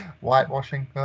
Whitewashing